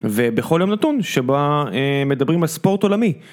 ובכל יום נתון שבה מדברים על ספורט עולמי.